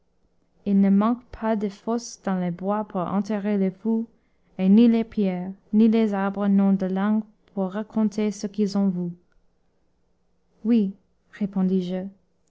il ne manque pas de fosses dans les bois pour enterrer les fous et ni les pierres ni les arbres n'ont de langue pour raconter ce qu'ils ont vu oui